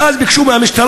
ואז ביקשו מהמשטרה,